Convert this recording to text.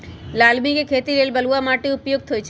लालमि के खेती लेल बलुआ माटि उपयुक्त होइ छइ